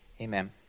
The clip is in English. Amen